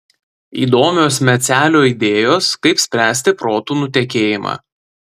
įdomios mecelio idėjos kaip spręsti protų nutekėjimą